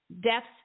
Deaths